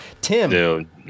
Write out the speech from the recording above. Tim